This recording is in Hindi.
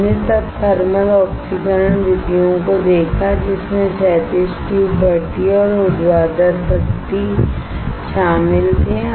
हमने तब थर्मल ऑक्सीकरण विधियों को देखा जिसमें क्षैतिज ट्यूब भट्ठी और ऊर्ध्वाधर ट्यूब भट्ठी शामिल थे